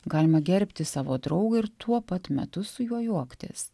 galima gerbti savo draugą ir tuo pat metu su juo juoktis